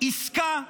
עסקה,